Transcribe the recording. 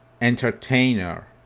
Entertainer